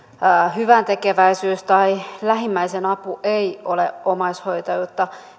hyväntekeväisyys tai lähimmäisen apu ei ole omaishoitajuutta